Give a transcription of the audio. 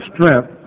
strength